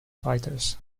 fighters